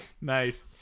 nice